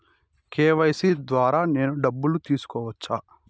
KYC ద్వారా నేను డబ్బును తీసుకోవచ్చా?